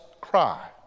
cry